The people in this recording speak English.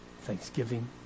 thanksgiving